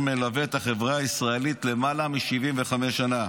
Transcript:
מלווה את החברה הישראלית למעלה מ-75 שנה,